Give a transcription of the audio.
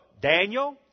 Daniel